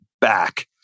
back